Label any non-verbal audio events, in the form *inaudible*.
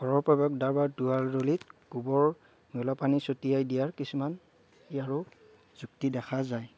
ঘৰৰ প্ৰৱেশদ্বাৰ বা দুৱাৰডলিত গোবৰ *unintelligible* পানী ছটিয়াই দিয়াৰ কিছুমান ইয়াৰো যুক্তি দেখা যায়